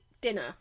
dinner